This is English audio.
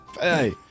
Hey